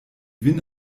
vin